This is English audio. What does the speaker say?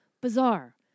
bizarre